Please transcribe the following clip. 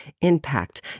impact